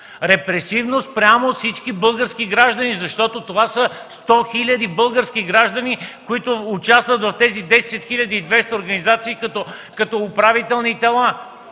Репресивно спрямо всички български граждани, защото това са 100 хиляди български граждани, които участват в тези 10 хиляди и 200 организации, като управителни тела.